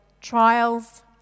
trials